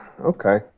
Okay